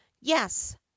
yes